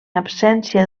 absència